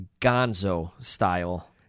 gonzo-style